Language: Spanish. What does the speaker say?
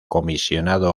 comisionado